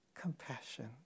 compassion